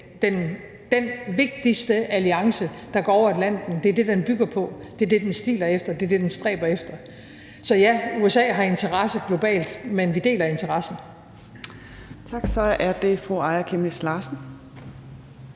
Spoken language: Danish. den vigtigste alliance, der går over Atlanten; det er det, den bygger på; det er det, den stiler efter; det er det, den stræber efter. Så, ja, USA har interesser globalt, men vi deler interesserne.